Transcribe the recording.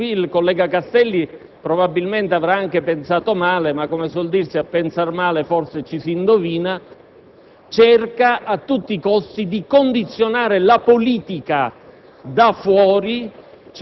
in proposito il collega Castelli probabilmente avrà anche pensato male, ma, come si suol dire, a pensare male forse ci si indovina, cerca a tutti i costi di condizionare la politica